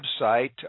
website